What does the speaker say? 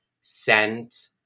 scent